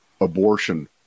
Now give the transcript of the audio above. abortion